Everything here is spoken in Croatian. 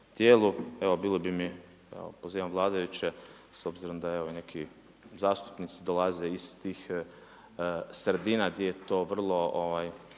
tijelu. Evo bilo bi mi, pozivam vladajuće s obzirom da i neki zastupnici dolaze iz tih sredina gdje je to vrlo